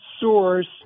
source